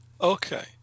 Okay